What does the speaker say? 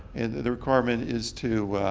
and the requirement is to